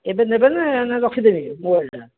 ଏବେ ନେବେନା ନା ରଖିଦେବି ମୋବାଇଲ୍ଟା